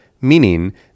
meaning